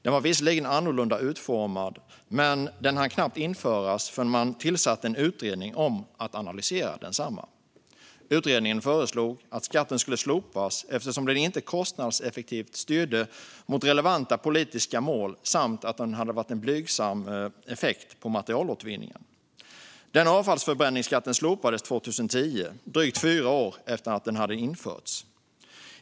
Den var visserligen annorlunda utformad, men den hann knappt införas förrän man tillsatte en utredning om att analysera densamma. Utredningen föreslog att skatten skulle slopas eftersom den inte kostnadseffektivt styrde mot relevanta politiska mål och eftersom den hade haft en blygsam effekt på materialåtervinningen. Den avfallsförbränningsskatten slopades 2010, drygt fyra år efter att den hade införts.